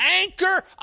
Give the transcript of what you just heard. anchor